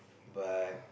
but